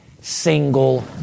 single